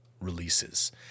releases